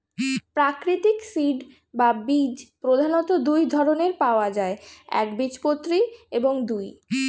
প্রাকৃতিক সিড বা বীজ প্রধানত দুই ধরনের পাওয়া যায় একবীজপত্রী এবং দুই